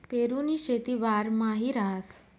पेरुनी शेती बारमाही रहास